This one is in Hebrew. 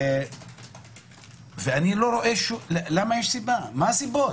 ומה הסיבות?